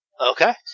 Okay